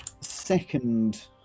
second